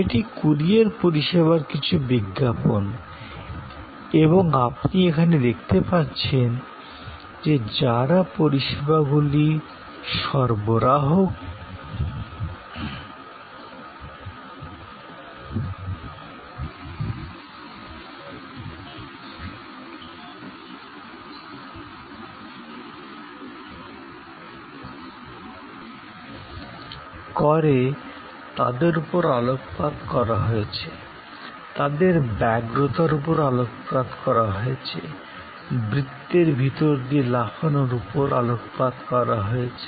তা এটি কুরিয়ার পরিষেবার কিছু বিজ্ঞাপন এবং আপনি এখানে দেখতে পাচ্ছেন যে যারা পরিষেবাগুলি সরবরাহ করে তাদের উপর আলোকপাত করা হয়েছে তাদের ব্যগ্রতার উপর আলোকপাত করা হয়েছে বৃত্তের ভিতর দিয়ে লাফানোর উপর আলোকপাত করা হয়েছে